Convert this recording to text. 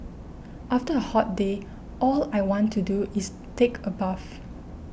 after a hot day all I want to do is take a bath